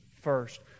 first